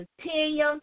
continue